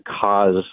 cause